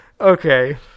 Okay